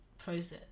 process